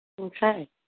okay